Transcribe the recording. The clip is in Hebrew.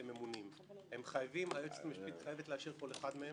הם צריכים לחתום על ניגוד עניינים,